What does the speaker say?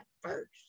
first